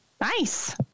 Nice